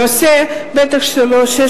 הנושא הוא בטח לא 600